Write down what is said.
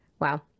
wow